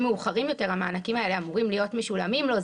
מאוחרים יותר המענקים האלה אמורים להיות משולמים לו,